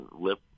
lip